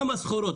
כמה של סחורות.